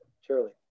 Surely